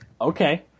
Okay